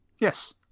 yes